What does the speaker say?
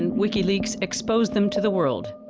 and wikileaks exposed them to the world.